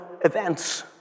events